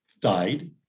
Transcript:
died